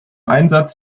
einsatz